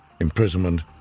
imprisonment